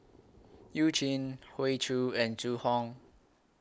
YOU Jin Hoey Choo and Zhu Hong